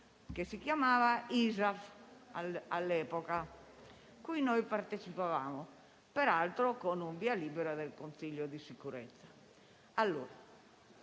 che si chiamava all'epoca ISAF, alla quale noi partecipavamo, peraltro con un via libera del Consiglio di sicurezza.